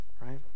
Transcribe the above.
right